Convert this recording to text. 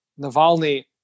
Navalny